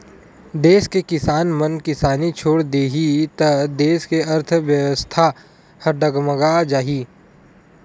देस के किसान मन किसानी छोड़ देही त देस के अर्थबेवस्था ह डगमगा जाही